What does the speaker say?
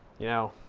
you know,